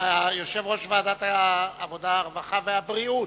יושב-ראש ועדת העבודה, הרווחה והבריאות.